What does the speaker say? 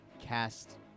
cast